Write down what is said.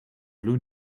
blue